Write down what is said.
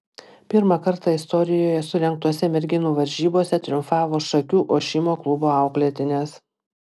pirmą kartą istorijoje surengtose merginų varžybose triumfavo šakių ošimo klubo auklėtinės